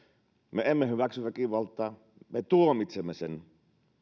me emme hyväksy väkivaltaa me tuomitsemme sen